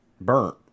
burnt